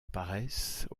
apparaissent